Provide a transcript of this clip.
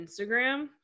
Instagram